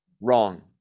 Wrong